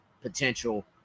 potential